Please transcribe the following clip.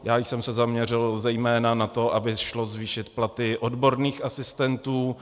Já jsem se zaměřil zejména na to, aby šlo zvýšit platy odborných asistentů.